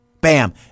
Bam